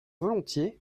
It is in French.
volontiers